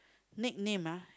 nickname ah